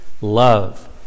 love